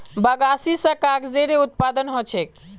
बगासी स कागजेरो उत्पादन ह छेक